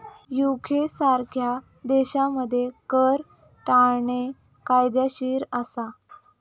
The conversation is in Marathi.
युके सारख्या देशांमध्ये कर टाळणे कायदेशीर असा